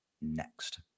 Next